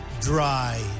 dry